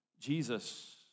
Jesus